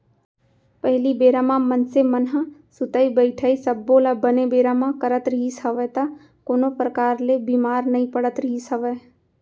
पहिली बेरा म मनसे मन ह सुतई बइठई सब्बो ल बने बेरा म करत रिहिस हवय त कोनो परकार ले बीमार नइ पड़त रिहिस हवय